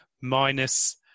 minus